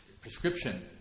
prescription